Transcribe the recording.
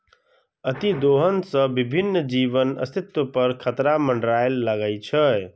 अतिदोहन सं विभिन्न जीवक अस्तित्व पर खतरा मंडराबय लागै छै